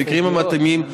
במקרים המתאימים,